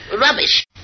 Rubbish